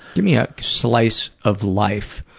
give me a slice of life